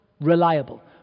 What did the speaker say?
reliable